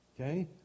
Okay